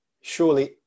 surely